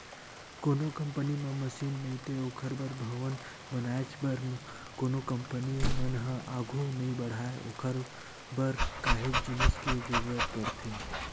कोनो कंपनी म मसीन नइते ओखर बर भवन बनाएच भर म कोनो कंपनी मन ह आघू नइ बड़हय ओखर बर काहेच जिनिस के जरुरत पड़थे